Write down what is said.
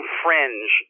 fringe